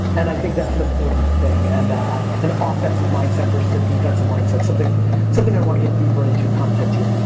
and i think that's an important thing. and an offensive mindset versus a defensive mindset, something something i want to get deeper into content team.